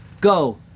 Go